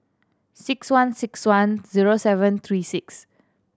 six one six one zero seven three six